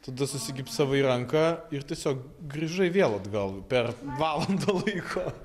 tada susigipsavai ranką ir tiesiog grįžai vėl atgal per valandą laiko